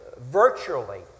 virtually